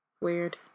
Weird